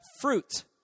fruit